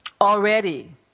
already